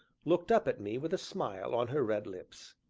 looked up at me with a smile on her red lips.